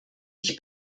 ich